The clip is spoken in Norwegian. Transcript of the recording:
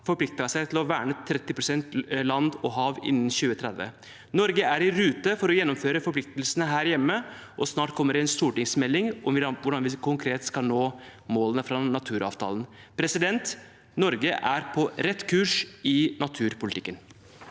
forpliktet seg til å verne 30 pst. land og hav innen 2030. Norge er i rute for å gjennomføre forpliktelsene her hjemme, og snart kommer en stortingsmelding om hvordan vi konkret skal nå målene fra naturavtalen. Norge er på rett kurs i naturpolitikken.